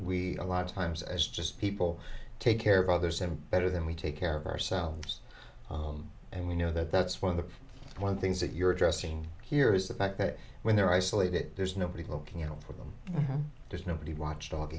are a lot of times as just people take care of others have better than we take care of ourselves and we know that that's one of the one things that you're addressing here is the fact that when they're isolated there's nobody looking out for them there's nobody watch